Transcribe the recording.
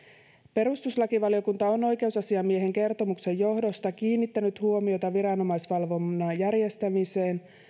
perustuslakivaliokunta on oikeusasiamiehen kertomuksen johdosta kiinnittänyt huomiota viranomaisvalvonnan järjestämiseen